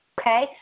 Okay